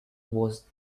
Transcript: was